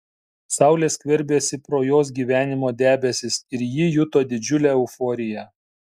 saulė skverbėsi pro jos gyvenimo debesis ir ji juto didžiulę euforiją